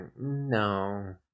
no